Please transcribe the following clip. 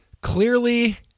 Clearly